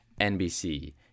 NBC